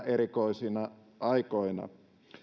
erikoisina aikoina